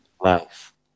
life